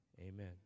amen